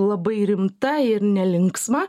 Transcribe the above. labai rimta ir nelinksma